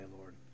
Lord